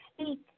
speak